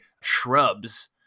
shrubs